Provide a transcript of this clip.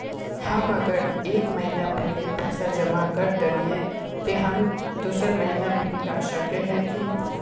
हम अगर एक महीना पहले पैसा जमा कर देलिये ते हम दोसर महीना बिल ला सके है की?